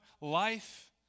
life